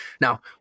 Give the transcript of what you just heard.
Now